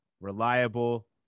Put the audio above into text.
reliable